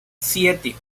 siete